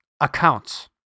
accounts